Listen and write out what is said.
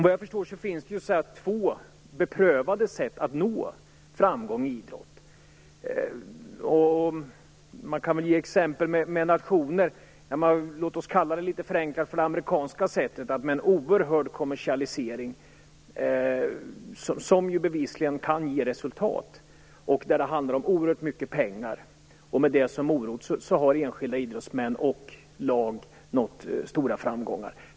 Vad jag förstår finns det två beprövade sätt att nå framgång i idrott. Man kan ge exempel genom att tala om nationer. Låt oss litet förenklat tala om det amerikanska sättet, som innebär en oerhörd kommersialisering som bevisligen kan ge resultat. Det handlar om oerhört mycket pengar. Med det som morot har enskilda idrottsmän och lag nått stora framgångar.